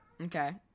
Okay